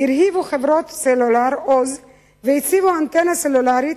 הרהיבו עוז חברות סלולר והציבו אנטנה סלולרית